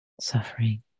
suffering